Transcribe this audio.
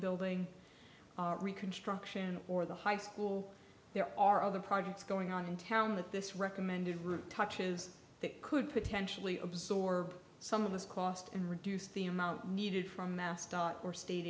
building reconstruction or the high school there are other projects going on in town that this recommended route touches that could potentially absorb some of this cost and reduce the amount needed from master or state